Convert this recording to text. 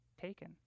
taken